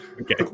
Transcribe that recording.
Okay